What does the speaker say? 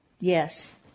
Yes